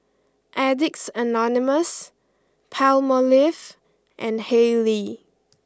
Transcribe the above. Addicts Anonymous Palmolive and Haylee